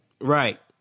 Right